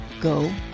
go